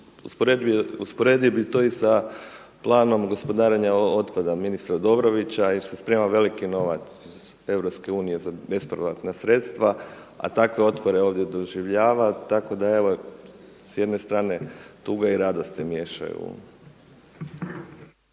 Usporedio bi to i sa planom gospodarenja otpada, ministra Dobrovića jer se sprema veliki novac iz EU bespovratna sredstva, a takve otpore ovdje doživljava. Tako da evo s jedne strane tuga i radost se miješaju.